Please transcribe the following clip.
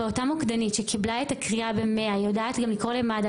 אבל אותה מוקדנית שקיבלה את הקריאה ב-100 יודעת גם לקרוא למד"א,